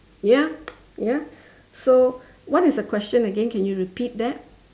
ya ya so what is the question again can you repeat that